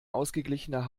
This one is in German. ausgeglichener